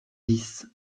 dix